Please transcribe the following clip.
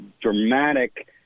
dramatic